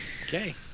Okay